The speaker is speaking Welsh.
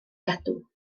gadw